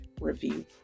review